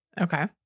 Okay